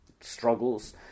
struggles